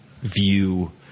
view